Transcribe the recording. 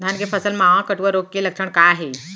धान के फसल मा कटुआ रोग के लक्षण का हे?